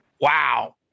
Wow